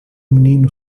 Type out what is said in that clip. menino